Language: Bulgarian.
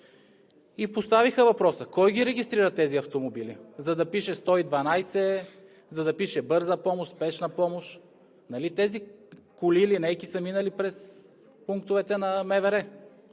и поставиха въпроса: кой ги регистрира тези автомобили, за да пише „112“, за да пише „Бърза помощ, „Спешна помощ“? Нали тези коли – линейки, са минали през пунктовете на МВР?!